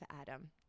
Adam